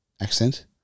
accent